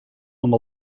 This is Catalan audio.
amb